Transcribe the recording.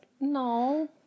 No